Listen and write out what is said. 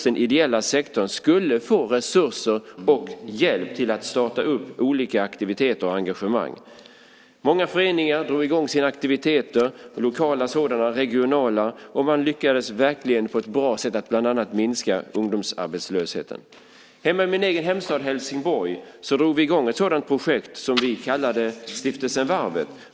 Den ideella sektorn skulle få resurser till och hjälp med att starta olika aktiviteter och engagemang. Många föreningar drog i gång sina aktiviteter, lokala och regionala sådana, och man lyckades verkligen på ett bra sätt att bland annat minska ungdomsarbetslösheten. Hemma i min egen hemstad Helsingborg drog vi i gång ett sådant projekt, som vi kallad stiftelsen Varvet.